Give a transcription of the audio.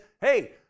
hey